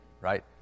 right